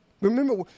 Remember